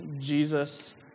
Jesus